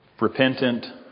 repentant